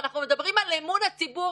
אנחנו מתחילים את הדיון שלנו